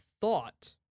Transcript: thought